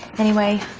anyway.